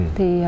Thì